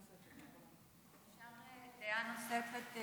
אפשר דעה נוספת?